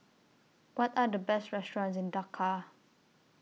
What Are The Best restaurants in Dakar